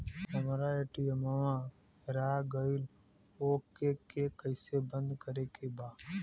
हमरा ए.टी.एम वा हेरा गइल ओ के के कैसे बंद करे के बा?